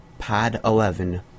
POD11